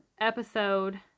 episode